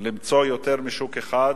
למצוא יותר משוק אחד,